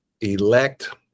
elect